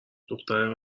دخترای